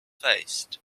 faced